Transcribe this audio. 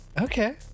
Okay